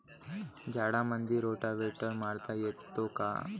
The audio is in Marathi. झाडामंदी रोटावेटर मारता येतो काय?